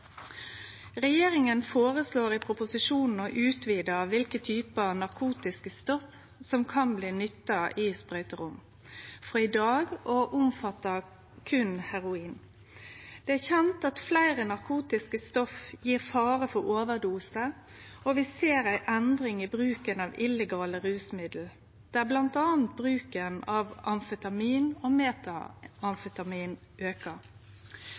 Regjeringa føreslår i proposisjonen å utvide kva typar narkotiske stoff som kan nyttast i sprøyterom, i dag omfattar det berre heroin. Det er kjent at fleire narkotiske stoff gjev fare for overdose, og vi ser ei endring i bruken av illegale rusmiddel, der bl.a. bruken av amfetamin/metamfetamin aukar. Mange brukar òg fleire ulike stoff og